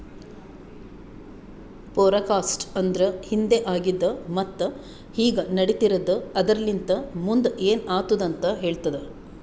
forecast ಅಂದುರ್ ಹಿಂದೆ ಆಗಿದ್ ಮತ್ತ ಈಗ ನಡಿತಿರದ್ ಆದರಲಿಂತ್ ಮುಂದ್ ಏನ್ ಆತ್ತುದ ಅಂತ್ ಹೇಳ್ತದ